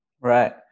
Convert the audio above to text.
Right